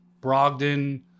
Brogdon